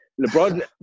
LeBron